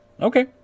Okay